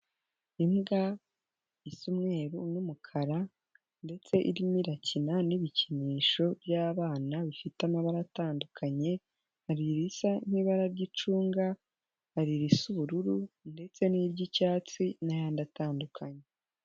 Imbwa iy'umweru n'umukara ndetse irimo irakina n'ibikinisho by'abana bifite amabara atandukanye, hari ibisa nk'ibara ry'icunga, hari ibisa ubururu ndetse n'iry'icyatsi n'ayandi atandukanye.